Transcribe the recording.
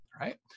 right